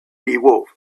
evolve